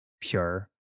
pure